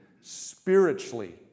spiritually